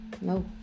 No